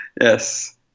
Yes